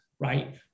right